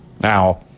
now